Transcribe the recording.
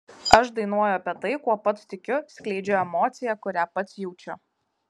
aš dainuoju apie tai kuo pats tikiu skleidžiu emociją kurią pats jaučiu